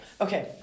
okay